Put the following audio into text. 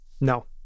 No